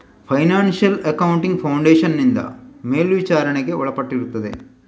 financial accounting foundation ನಿಂದ ಮೇಲ್ವಿಚಾರಣೆಗೆ ಒಳಪಟ್ಟಿರುತ್ತದೆ